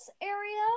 area